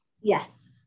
yes